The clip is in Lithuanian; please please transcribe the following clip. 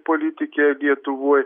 politikė lietuvoj